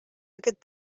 aquest